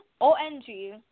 O-N-G